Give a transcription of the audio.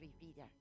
reader